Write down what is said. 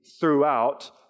throughout